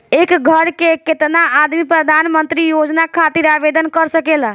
एक घर के केतना आदमी प्रधानमंत्री योजना खातिर आवेदन कर सकेला?